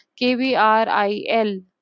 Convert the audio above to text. KBRIL